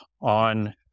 on